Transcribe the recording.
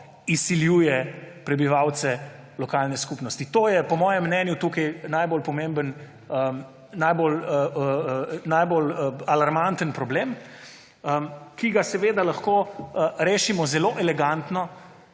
izsiljuje prebivalce lokalne skupnosti, je po mojem mnenju tukaj najbolj alarmanten problem, ki ga lahko rešimo zelo elegantno